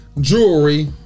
Jewelry